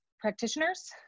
Practitioners